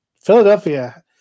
Philadelphia